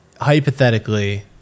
hypothetically